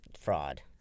fraud